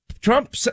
Trump